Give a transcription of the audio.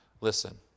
Listen